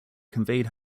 conveyed